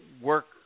work